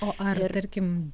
o ar tarkim